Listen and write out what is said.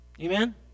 Amen